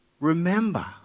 Remember